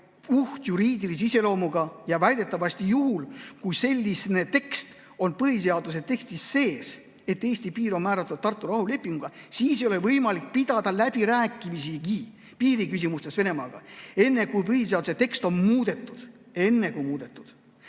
puhtjuriidilise iseloomuga. Väidetavasti juhul, kui selline tekst on põhiseaduse tekstis sees, et Eesti piir on määratud Tartu rahulepinguga, siis ei ole võimalik pidada läbirääkimisigi piiriküsimustes Venemaaga enne, kui põhiseaduse tekst on muudetud. Enne, kui see